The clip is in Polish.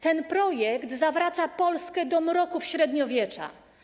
Ten projekt zawraca Polskę do mroków średniowiecza.